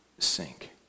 sink